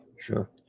Sure